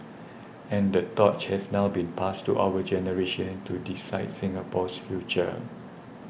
and the torch has now been passed to our generation to decide Singapore's future